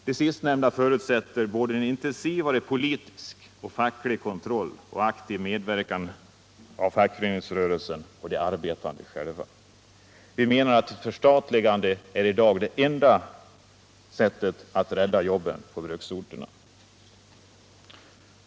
Det sistnämnda förutsätter både en intensivare politisk och facklig kontroll och en aktiv medverkan av fackföreningsrörelsen och de arbetande själva. Vi menar att förstatligande i dag är det enda sättet att rädda jobben på bruksorterna.